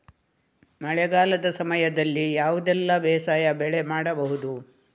ಮಳೆಗಾಲದ ಸಮಯದಲ್ಲಿ ಯಾವುದೆಲ್ಲ ಬೇಸಾಯ ಬೆಳೆ ಮಾಡಬಹುದು?